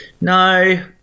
No